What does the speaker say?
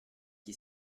qui